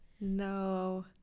No